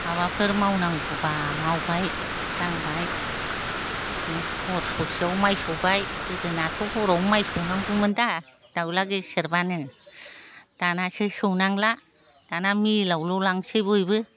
माबाफोर मावनांगौब्ला मावबाय दांबाय हर ससेयाव माइ सौबाय गोदोनाथ' हरावनो माइ सौनांगौमोनदा दाउज्ला गेसेरब्लानो दानासो सौनांला दाना मिलावल' लांसै बयबो